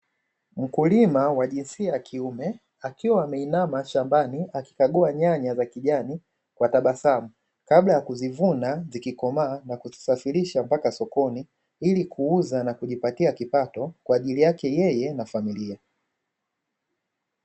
Mkulima wa jinsia ya kiume akiwa ameinama shambani, akikagua nyanya za kijani kwa tabasamu, kabla ya kuzivuna zikikomaa na kusisafirisha mpaka sokoni, ili kuuza na kujipatia kipato kwa ajili yake yeye na familia.